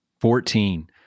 Fourteen